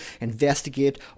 investigate